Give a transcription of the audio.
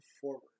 forward